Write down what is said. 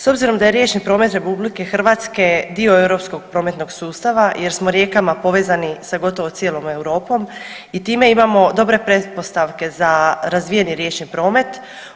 S obzirom da je riječni promet RH dio europskog prometnog sustava jer smo rijekama povezani sa gotovo cijelom Europom i time imamo dobre pretpostavke za razvijeni riječni promet.